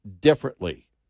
differently